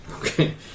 Okay